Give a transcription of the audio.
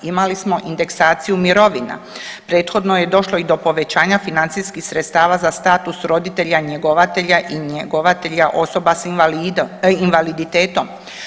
Imali smo indeksaciju mirovina, prethodno je došlo i do povećanja financijskih sredstava za status roditelja njegovatelja i njegovatelja osoba s invalidom, invaliditetom.